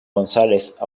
gonzález